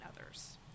others